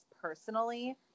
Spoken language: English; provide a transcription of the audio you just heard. personally